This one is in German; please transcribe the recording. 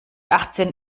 achtzehn